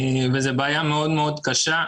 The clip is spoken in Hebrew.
זאת בעיה מאוד מאוד קשה.